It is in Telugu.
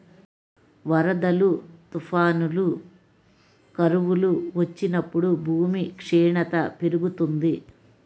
వరదలు, తుఫానులు, కరువులు వచ్చినప్పుడు భూమి క్షీణత పెరుగుతుంది